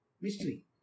Mystery